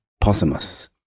possumus